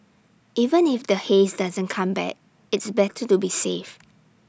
even if the haze doesn't come back it's better to be safe